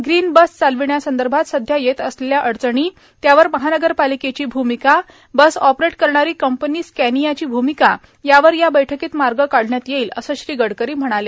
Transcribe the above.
green bus चालविण्यासंदर्भात सध्या येत असलेल्या अडचणी त्यावर महानगरपालिकेची भूमिका बस ऑपरेट करणारी कंपनी स्कॅनियाची भूमिका यावर या बैठकीत मार्ग काढण्यात येईल अस श्री गडकरी म्हणाले